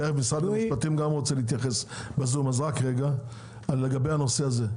תעשי לנו דיון רק על הנושא הזה.